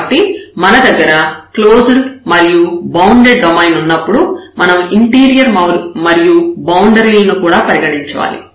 కాబట్టి మన దగ్గర క్లోజ్డ్ మరియు బౌండెడ్ డొమైన్ ఉన్నప్పుడు మనం ఇంటీరియర్ మరియు బౌండరీ లను కూడా పరిగణించాలి